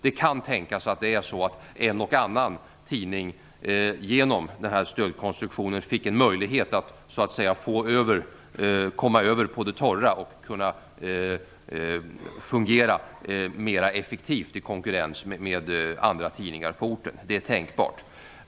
Det kan tänkas att en och annan tidning fick en möjlighet att komma över på det torra och kunde fungera mer effektivt i konkurrens med andra tidningar på orten genom den här stödkonstruktionen. Det är tänkbart.